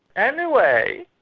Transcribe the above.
anyway,